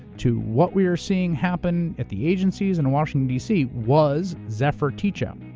to what we are seeing happen at the agencies in washington d. c. was zephyr teachout.